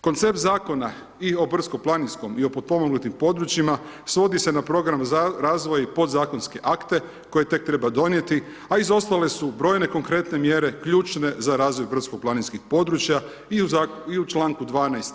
Koncept Zakona i o brdsko planinskom i o potpomognutim područjima svodi se na program razvoja i Podzakonske akte koje tek treba donijeti, a izostale su brojne konkretne mjere ključne za razvoj brdsko planinskih područja i u čl. 12.